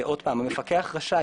והמפקח רשאי,